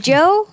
Joe